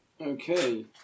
Okay